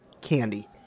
candy